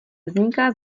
vzniká